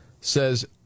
Says